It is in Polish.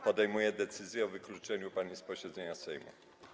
podejmuję decyzję o wykluczeniu pani z posiedzenia Sejmu.